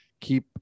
keep